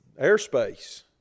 airspace